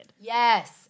Yes